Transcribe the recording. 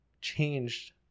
changed